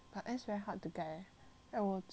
like 我做 for like so long leh